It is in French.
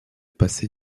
passer